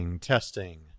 Testing